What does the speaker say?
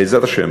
בעזרת השם,